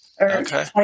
Okay